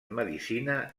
medicina